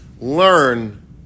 learn